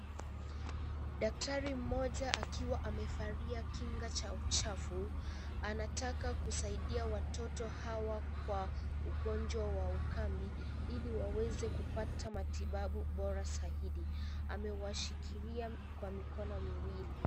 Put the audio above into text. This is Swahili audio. Daktari mmoja akiwa amevalia kinga cha uchafu, anataka kusaidia watoto hawa kwa ugonjwa wa ukambi, ili waweze kupata matibabu bora zaidi. Amewashikilia kwa mikono miwili.